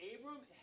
Abram